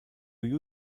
you